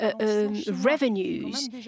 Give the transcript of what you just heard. Revenues